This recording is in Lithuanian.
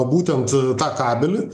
būtent tą kabelį